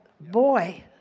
boy